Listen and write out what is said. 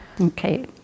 Okay